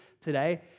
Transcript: today